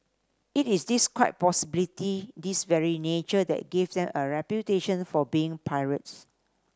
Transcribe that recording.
it is this quite possibly this very nature that gave them a reputation for being pirates